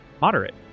moderate